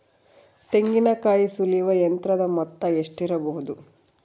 ತೆಂಗಿನಕಾಯಿ ಸುಲಿಯುವ ಯಂತ್ರದ ಮೊತ್ತ ಎಷ್ಟಿರಬಹುದು?